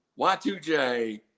Y2J